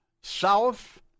south